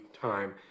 time